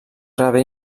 rebé